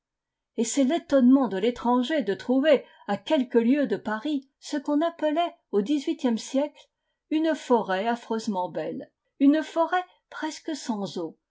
et c'est l'étonnement de l'étranger de trouver à quelques lieues de paris ce qu'on appelait au dix-huitième siècle une forêt affreusement belle une forêt presque sans eau